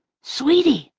sweetie,